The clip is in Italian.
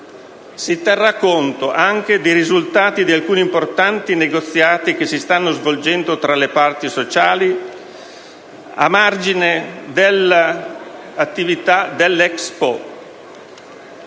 Si terra conto anche dei risultati di alcuni importanti negoziati che si stanno svolgendo tra le parti sociali a margine dell’attivitadell’Expo